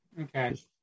Okay